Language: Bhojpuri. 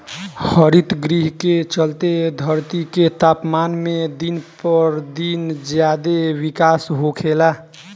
हरितगृह के चलते धरती के तापमान में दिन पर दिन ज्यादे बिकास होखेला